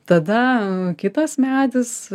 tada kitas medis